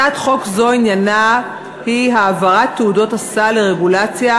הצעת חוק זו עניינה הוא העברת תעודות הסל לרגולציה